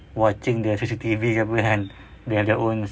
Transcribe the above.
watching the C_C_T_V ke apa kan they have their own